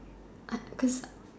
I think cause